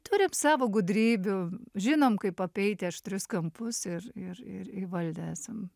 turip savo gudrybių žinom kaip apeiti aštrius kampus ir ir ir įvaldę esam